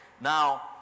Now